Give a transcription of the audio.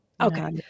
Okay